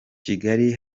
kigali